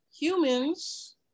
humans